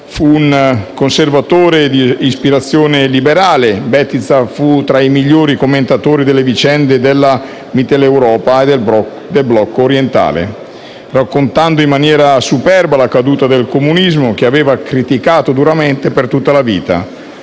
Fu un conservatore di ispirazione liberale. Bettiza fu tra i migliori commentatori delle vicende della Mitteleuropa e del blocco orientale, raccontando in maniera superba la caduta del comunismo, che aveva criticato duramente per tutta la vita,